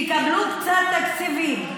תקבלו קצת תקציבים,